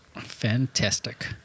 Fantastic